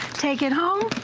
taken home,